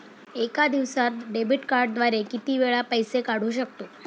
एका दिवसांत डेबिट कार्डद्वारे किती वेळा पैसे काढू शकतो?